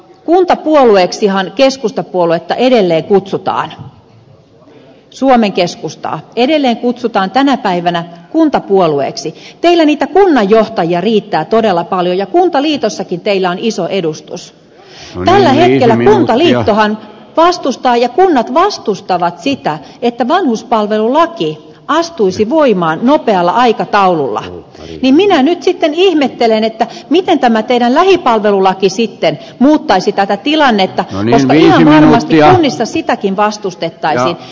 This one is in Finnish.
ja kun tänä päivänä kuntapuolueeksihan keskustapuoluetta edelleen kutsutaan suomen keskustaa edelleen kutsutaan tänä päivänä kuntapuolueeksi teillä kun niitä kunnanjohtajia riittää todella paljon ja kuntaliitossakin teillä on iso edustus kuntaliitto vastustaa ja kunnat vastustavat sitä että vanhuspalvelulaki astuisi voimaan nopealla aikataululla niin minä nyt sitten ihmettelen miten tämä teidän lähipalvelulakinne sitten muuttaisi tätä tilannetta koska ihan varmasti kunnissa sitäkin vastustettaisiin